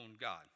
God